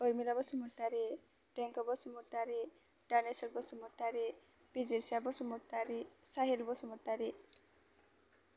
Urmila Basumatary Dengkho Basumatary Daneswar Basumatary Bijirsa Basumatary Sahil Basumatary